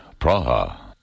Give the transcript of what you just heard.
Praha